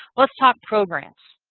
let's talk programs.